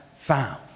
found